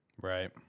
Right